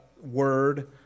word